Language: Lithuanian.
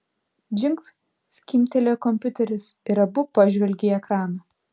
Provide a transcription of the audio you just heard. džingt skimbtelėjo kompiuteris ir abu pažvelgė į ekraną